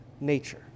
nature